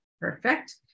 Perfect